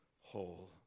whole